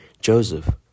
Joseph